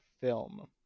Film